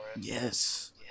yes